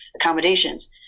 accommodations